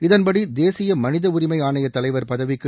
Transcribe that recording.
இதன்படி தேசிய மனித உரிமை ஆணைய தலைவர் பதவிக்கு